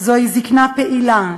זוהי זיקנה פעילה,